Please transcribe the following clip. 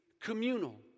communal